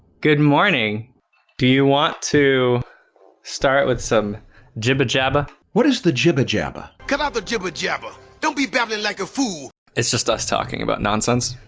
good morning do you want to start with some jibba. jabba. what is the jibba? jabba? come out the jibba. jabba. don't be babbling like a fool it's just us talking about nonsense.